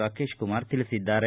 ರಾಕೇಶ್ ಕುಮಾರ್ ತಿಳಿಸಿದ್ದಾರೆ